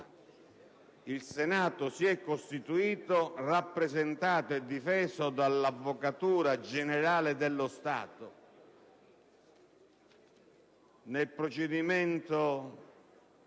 il Senato si è costituito, rappresentato e difeso dall'Avvocatura generale dello Stato, nel procedimento